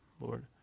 Lord